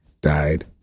died